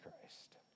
Christ